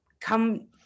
come